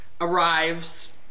arrives